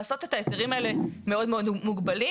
לעשות את ההיתרים האלה מאוד מאוד מוגבלים.